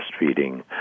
breastfeeding